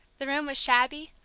the room was shabby,